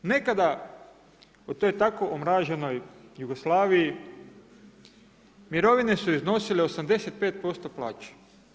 Nekada u toj tako omraženoj Jugoslaviji, mirovine su iznosile 85% plaće.